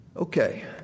Okay